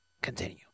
Continue